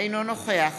אינו נוכח